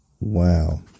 Wow